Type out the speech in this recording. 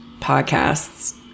podcasts